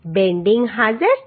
bending હાજર છે